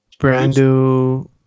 brando